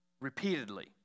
repeatedly